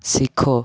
ଶିଖ